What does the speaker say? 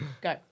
Go